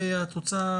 תקריאי.